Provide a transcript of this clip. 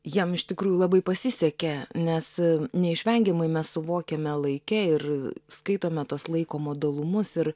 jiem iš tikrųjų labai pasisekė nes neišvengiamai mes suvokiame laike ir skaitome tuos laiko modalumus ir